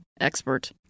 expert